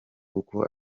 uko